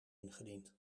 ingediend